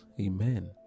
Amen